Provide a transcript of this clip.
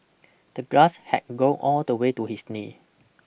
the grass had grown all the way to his knee